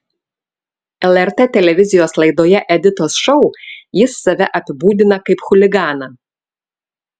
lrt televizijos laidoje editos šou jis save apibūdina kaip chuliganą